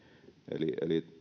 eli